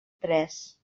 tres